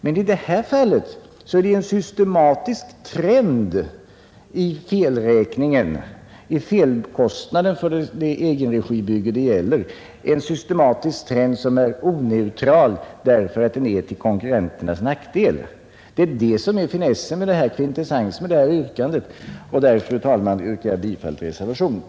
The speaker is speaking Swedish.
Men i detta fall är det en systematisk trend i felräkningen i det egenregibyggande det här gäller, en systematisk trend som är oneutral därför att den är till konkurrenternas nackdel. Det är detta som är kvintessensen i mitt motionsyrkande, och därför, fru talman, yrkar jag bifall till reservationen.